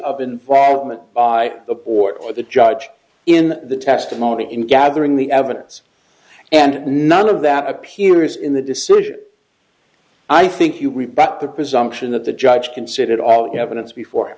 of involvement by the board or the judge in the testimony in gathering the evidence and none of that appears in the decision i think you rebut the presumption that the judge considered all the evidence before